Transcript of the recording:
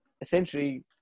essentially